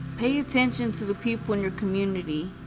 pay attention to the people in your community,